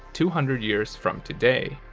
two hundred years from today?